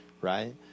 right